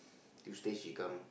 you stay she come